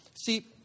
See